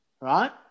right